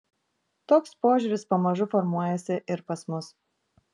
toks požiūris pamažu formuojasi ir pas mus